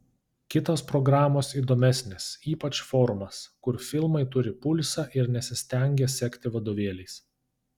kitos programos įdomesnės ypač forumas kur filmai turi pulsą ir nesistengia sekti vadovėliais